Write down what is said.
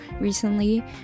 recently